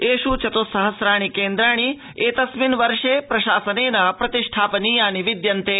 एषु चतुःसहस्राणि केन्द्राणि एतस्मिन् वर्षे प्रशासनेन प्रतिष्ठापनीयानि विद्यन्ते